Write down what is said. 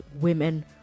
women